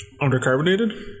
Undercarbonated